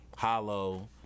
Hollow